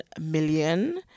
million